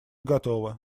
готово